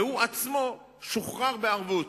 והוא עצמו שוחרר בערבות.